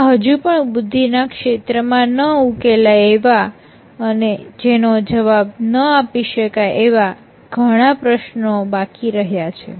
જેમાં હજુ પણ બુદ્ધિ ના ક્ષેત્ર માં ન ઉકેલાય એવા અને જેનો જવાબ ન આપી શકાય એવા ઘણા પ્રશ્નો બાકી રહ્યા છે